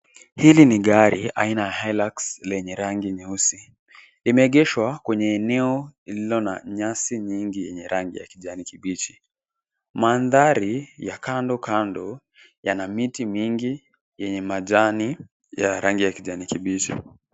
Hili ni gari aina ya hilux lenye rangi nyeusi. Limeegeshwa kwenye eneo lililo na nyasi nyingi ya rangi ya kijani kibichi. Mandhari ya kando kando yana miti mingi yenye majani ya rangi ya kijani kibichi.